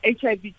HIV